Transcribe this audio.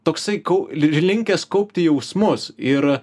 toksai kau linkęs kaupti jausmus ir